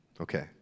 Okay